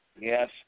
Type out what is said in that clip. Yes